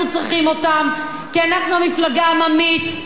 כי אנחנו המפלגה העממית הגדולה ביותר,